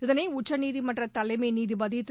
இதனை உச்சநீதிமன்ற தலைமை நீதிபதி திரு